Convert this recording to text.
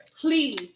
please